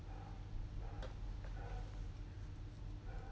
yeah